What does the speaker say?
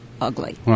ugly